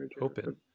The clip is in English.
open